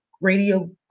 radio